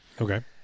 Okay